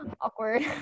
awkward